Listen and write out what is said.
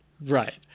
right